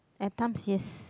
I pump c_s